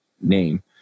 name